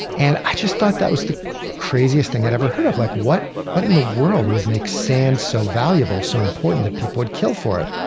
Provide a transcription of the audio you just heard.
and i just thought that was the craziest thing i'd ever heard. like what what in the world would make sand so valuable, so important that people would kill for it?